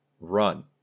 run